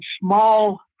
small